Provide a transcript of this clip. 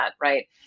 right